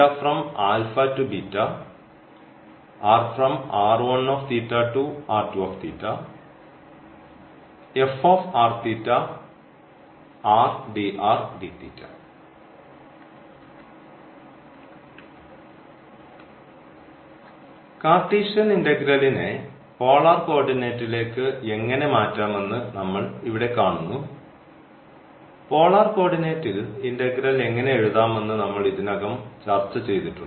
Cartesian ഇന്റഗ്രലിനെ polar കോർഡിനേറ്റിലേക്ക് എങ്ങനെ മാറ്റാമെന്ന് നമ്മൾ ഇവിടെ കാണുന്നു പോളാർ കോർഡിനേറ്റിൽ ഇന്റഗ്രൽ എങ്ങനെ എഴുതാമെന്ന് നമ്മൾ ഇതിനകം ചർച്ചചെയ്തിട്ടുണ്ട്